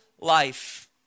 life